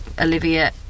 Olivia